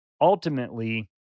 ultimately